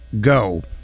go